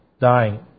dying